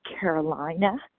Carolina